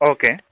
Okay